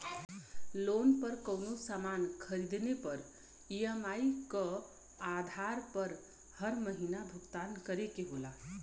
loan पर कउनो सामान खरीदले पर ई.एम.आई क आधार पर हर महीना भुगतान करे के होला